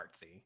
artsy